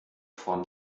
von